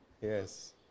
yes